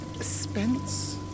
Spence